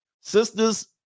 Sisters